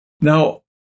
Now